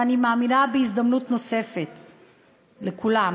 ואני מאמינה בהזדמנות נוספת לכולם,